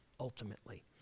ultimately